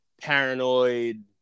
paranoid